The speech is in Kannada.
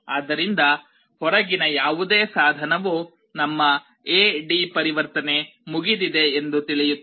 ಆದ್ದರಿಂದ ಹೊರಗಿನ ಯಾವುದೇ ಸಾಧನವು ನಮ್ಮ ಎ ಡಿ ಪರಿವರ್ತನೆ ಮುಗಿದಿದೆ ಎಂದು ತಿಳಿಯುತ್ತದೆ